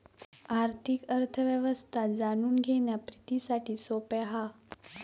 आर्थिक अर्थ व्यवस्था जाणून घेणा प्रितीसाठी सोप्या हा